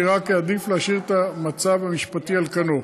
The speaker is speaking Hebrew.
נראה כי עדיף להשאיר את המצב המשפטי על כנו.